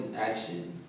action